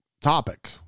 topic